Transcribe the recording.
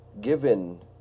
given